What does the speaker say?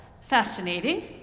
Fascinating